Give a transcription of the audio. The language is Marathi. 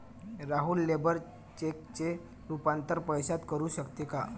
राहुल लेबर चेकचे रूपांतर पैशात करू शकत नाही